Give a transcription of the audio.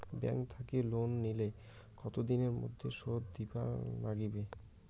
Bank থাকি loan নিলে কতো দিনের মধ্যে শোধ দিবার নাগিবে?